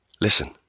Listen